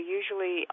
usually